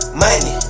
money